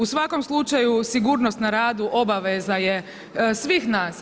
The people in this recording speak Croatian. U svakom slučaju, sigurnost na radu obaveza je svih nas.